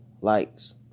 Likes